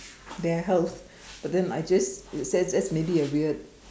their health but then I just it's just maybe a weird